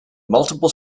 multiple